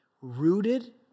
rooted